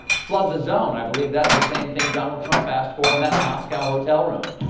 flood the zone? i believe that's the same thing donald trump asked for in that moscow hotel room.